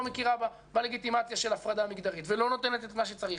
מכירה בלגיטימציה של הפרדה מגדרית ולא נותנת את מה שצריך.